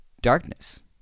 darkness